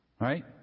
right